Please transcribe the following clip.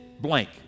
blank